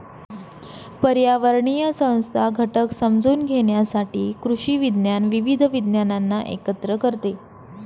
पर्यावरणीय संस्था घटक समजून घेण्यासाठी कृषी विज्ञान विविध विज्ञानांना एकत्र करते